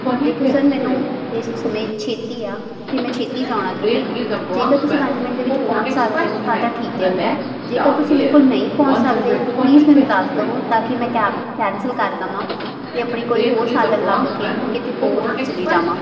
ਦੇਖੋ ਸਰ ਮੈਨੂੰ ਇਸ ਸਮੇਂ ਛੇਤੀ ਆ ਅਤੇ ਮੈਂ ਛੇਤੀ ਜਾਣਾ ਕਿਤੇ ਜੇਕਰ ਤੁਸੀਂ ਪੰਜ ਮਿੰਟ ਦੇ ਵਿੱਚ ਪਹੁੰਚ ਸਕਦੇ ਹੋ ਤਾਂ ਤਾਂ ਠੀਕ ਹੈ ਜੇਕਰ ਤੁਸੀਂ ਮੇਰੇ ਕੋਲ ਨਹੀਂ ਪਹੁੰਚ ਸਕਦੇ ਪਲੀਜ਼ ਮੈਨੂੰ ਦੱਸ ਦਿਉ ਤਾਂ ਕਿ ਮੈਂ ਕੈਬ ਕੈਂਸਲ ਕਰ ਦੇਵਾਂ ਅਤੇ ਆਪਣੀ ਕੋਈ ਹੋਰ ਸਾਧਨ ਲੱਭ ਕੇ ਮੈਂ ਕਿਤੇ ਹੋਰ ਚਲੀ ਜਾਵਾਂ